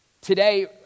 Today